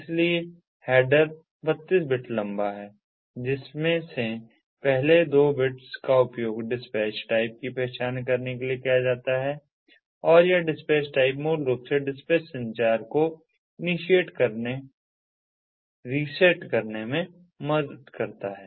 इसलिए header 32 bit लंबा है जिसमें से पहले दो बिट्स का उपयोग डिस्पैच टाइप की पहचान करने के लिए किया जाता है और यह डिस्पैच टाइप मूल रूप से डिस्पैच संचार को इनीशिएट करने रीसेट करने में मदद करता है